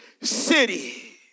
city